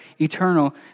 eternal